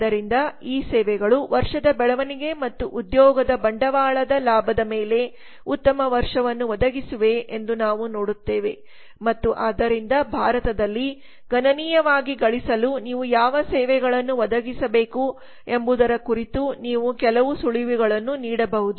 ಆದ್ದರಿಂದ ಈ ಸೇವೆಗಳು ವರ್ಷದ ಬೆಳವಣಿಗೆ ಮತ್ತು ಉದ್ಯೋಗದ ಬಂಡವಾಳದ ಲಾಭದ ಮೇಲೆ ಉತ್ತಮ ವರ್ಷವನ್ನು ಒದಗಿಸಿವೆ ಎಂದು ನಾವು ನೋಡುತ್ತೇವೆ ಮತ್ತು ಆದ್ದರಿಂದ ಭಾರತದಲ್ಲಿ ಗಣನೀಯವಾಗಿ ಗಳಿಸಲು ನೀವು ಯಾವ ಸೇವೆಗಳನ್ನು ಒದಗಿಸಬೇಕು ಎಂಬುದರ ಕುರಿತು ನೀವು ಕೆಲವು ಸುಳಿವುಗಳನ್ನು ನೀಡಬಹುದು